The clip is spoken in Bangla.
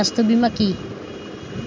স্বাস্থ্য বীমা কি?